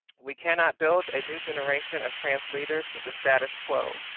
we cannot build a new generation of trans leaders with the status-quo.